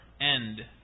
end